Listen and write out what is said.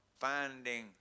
finding